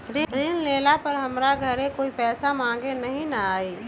ऋण लेला पर हमरा घरे कोई पैसा मांगे नहीं न आई?